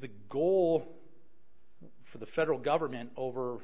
the goal for the federal government over